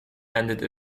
ended